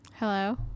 Hello